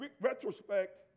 retrospect